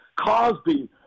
Cosby